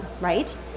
right